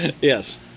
Yes